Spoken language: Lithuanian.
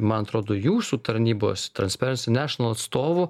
man atrodo jūsų tarnybos transparency national atstovų